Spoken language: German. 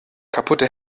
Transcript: kaputte